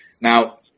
now